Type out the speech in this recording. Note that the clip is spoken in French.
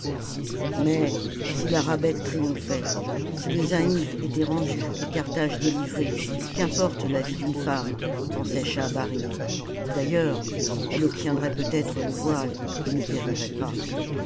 mais si la rabbet triomphait si le zaïmph était rendu et carthage délivrée qu'importe la vie d'une femme pensait schahabarim d'ailleurs elle obtiendrait peut-être le voile et ne périrait pas